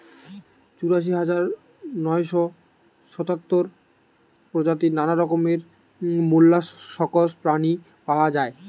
চুরাশি হাজার নয়শ সাতাত্তর প্রজাতির নানা রকমের মোল্লাসকস প্রাণী পাওয়া যায়